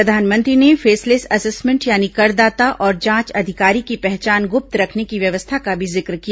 प्रधानमंत्री ने faceless assessment यानि करदाता और जांच अधिकारी की पहचान गुप्त रखने की व्यवस्था का भी जिक्र किया